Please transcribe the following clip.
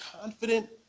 confident